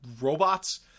robots